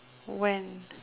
when